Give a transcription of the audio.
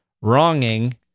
wronging